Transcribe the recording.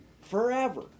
forever